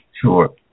Sure